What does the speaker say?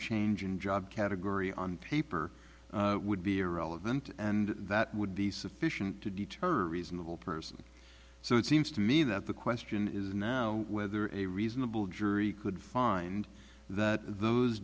change in job category on paper would be irrelevant and that would be sufficient to deter a reasonable person so it seems to me that the question is now whether a reasonable jury could find that those